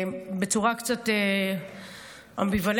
בצורה קצת אמביוולנטית,